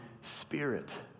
Spirit